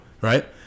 right